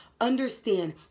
understand